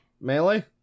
Melee